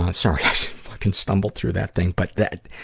ah sorry, i fucking stumbled through that thing. but that,